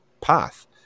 path